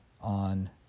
on